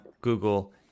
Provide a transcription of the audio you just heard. Google